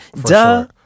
Duh